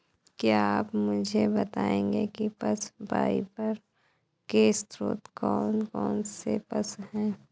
क्या आप मुझे बताएंगे कि पशु फाइबर के स्रोत कौन कौन से पशु हैं?